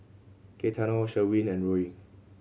Gaetano Sherwin and Ruie